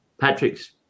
Patrick's